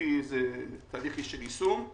לפי איזה תהליך של יישום.